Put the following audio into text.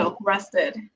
rested